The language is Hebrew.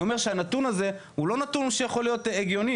אני אומר שהנתון הזה הוא לא נתון שיכול להיות הגיוני,